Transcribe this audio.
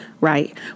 right